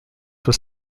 was